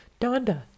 Donda